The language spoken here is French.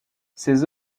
ses